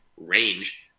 range